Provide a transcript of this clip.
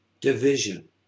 division